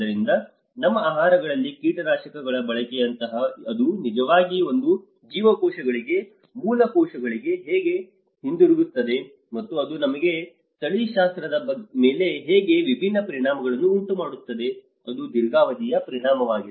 ಆದ್ದರಿಂದ ನಮ್ಮ ಆಹಾರಗಳಲ್ಲಿ ಕೀಟನಾಶಕಗಳ ಬಳಕೆಯಂತಹ ಅದು ನಿಜವಾಗಿ ನಮ್ಮ ಜೀವಕೋಶಗಳಿಗೆ ಮೂಲ ಕೋಶಗಳಿಗೆ ಹೇಗೆ ಹಿಂದಿರುಗುತ್ತಿದೆ ಮತ್ತು ಅದು ನಮ್ಮ ತಳಿಶಾಸ್ತ್ರದ ಮೇಲೆ ಹೇಗೆ ವಿಭಿನ್ನ ಪರಿಣಾಮಗಳನ್ನು ಉಂಟುಮಾಡುತ್ತದೆ ಅದು ದೀರ್ಘಾವಧಿಯ ಪರಿಣಾಮವಾಗಿದೆ